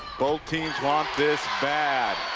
both teams want this bad.